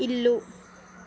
ఇల్లు